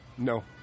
No